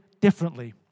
differently